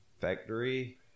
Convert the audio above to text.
Factory